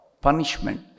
punishment